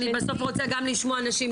אני בסוף רוצה גם לשמוע נשים.